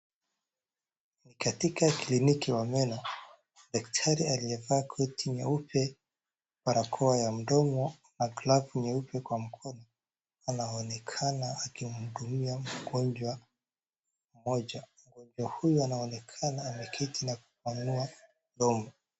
Katika kliniki wa meno daktari aliyevaa koti nyeupe, barakoa ya mdomo na glavu nyeupe kwa mkono anaonekana akimhudumia mgonjwa mmoja. Mgonjwa huyu anaonekana anaketi na kupanua mdomo.